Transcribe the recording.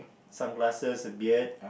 sunglasses beard